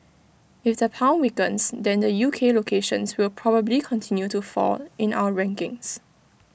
if the pound weakens then the U K locations will probably continue to fall in our rankings